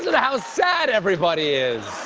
to how sad everybody is!